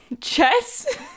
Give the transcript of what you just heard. chess